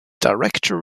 director